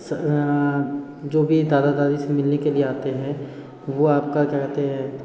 जो भी दादा दादी से मिलने के लिए आते हैं वो आपका क्या कहते है